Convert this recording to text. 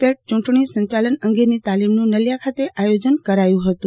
પેટ ચૂંટણી સંચાલન અંગેની તાલીમનું નલિયા ખાતે આયોજન કરાયું હતું